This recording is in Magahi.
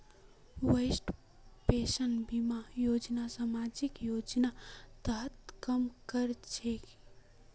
वरिष्ठ पेंशन बीमा योजना सामाजिक योजनार तहत काम कर छेक